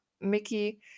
mickey